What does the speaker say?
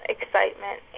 Excitement